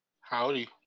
Howdy